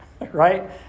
right